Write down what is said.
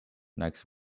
next